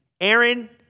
Aaron